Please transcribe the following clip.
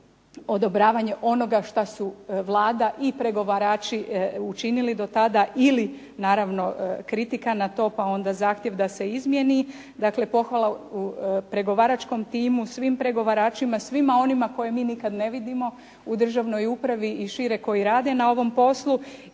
je odobravanje onoga što su Vlada i pregovarači učinili do tada ili naravno kritika na to pa onda zahtjev da se izmijeni. Dakle, pohvala pregovaračkom timu, svim pregovaračima, svima onima koje mi nikad ne vidimo u državnoj upravi i šire koji rade na ovom poslu.